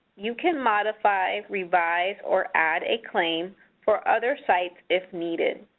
you can modify, revise, or add a claim for other sites if needed,